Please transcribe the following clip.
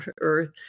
earth